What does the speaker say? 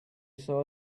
saw